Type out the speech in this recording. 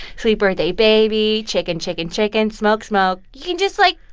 sweet birthday baby. chicken, chicken, chicken. smoke, smoke. you can just, like,